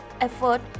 effort